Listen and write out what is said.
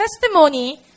testimony